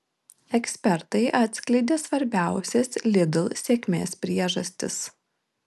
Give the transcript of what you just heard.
ekspertai atskleidė svarbiausias lidl sėkmės priežastis